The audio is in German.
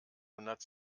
hundert